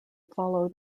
follow